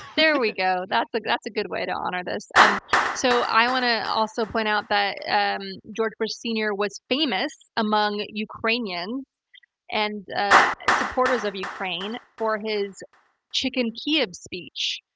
there we go. that's like that's a good way to honor this. and so, i want to also point out that and george george bush, sr. was famous among ukrainians and supporters of ukraine for his chicken kyiv speech,